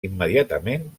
immediatament